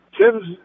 Tim's